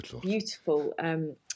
beautiful